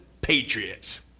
Patriots